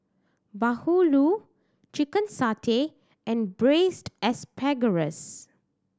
bahulu chicken satay and Braised Asparagus